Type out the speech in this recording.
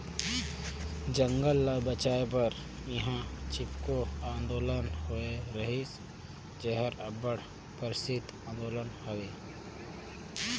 जंगल ल बंचाए बर इहां चिपको आंदोलन होए रहिस जेहर अब्बड़ परसिद्ध आंदोलन हवे